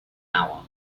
hour